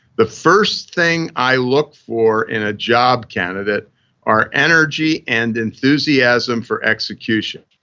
the first thing i look for in a job candidate are energy and enthusiasm for execution.